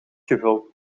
gevuld